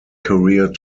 career